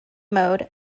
mode